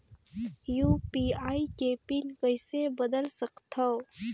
UPI के PIN कइसे बदल सकथव?